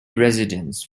residents